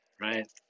right